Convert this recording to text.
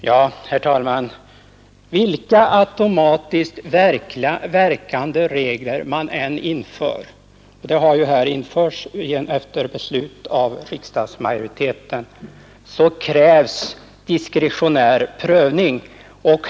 Herr talman! Vilka automatiskt verkande regler man än inför - sådana har ju införts nyligen efter beslut av riksdagsmajoriteten — så krävs diskretionär prövning beträffande tröskelfallen.